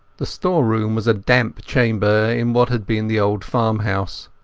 the storeroom was a damp chamber in what had been the old farmhouse.